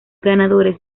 ganadores